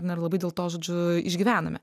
ar ne labai dėl to žodžiu išgyvename